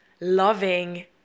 loving